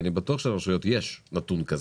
אני בטוח שלרשויות יש נתון כזה.